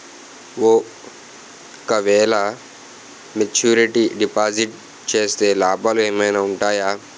ఓ క వేల maturity deposit చేస్తే లాభాలు ఏమైనా ఉంటాయా?